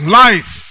life